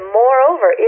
moreover